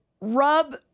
rub